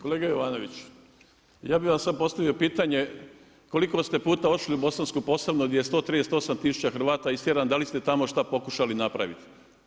Kolega Jovanović, ja bih vam sada postavio pitanje koliko ste puta otišli u Bosansku Posavinu gdje je 138 tisuća Hrvata istjerano, da li ste tamo šta pokušali napraviti?